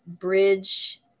bridge